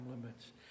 limits